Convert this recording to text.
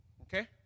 Okay